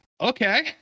okay